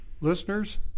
Listeners